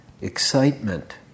excitement